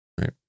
right